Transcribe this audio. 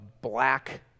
black